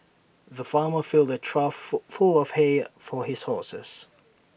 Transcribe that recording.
the farmer filled A trough full of hay for his horses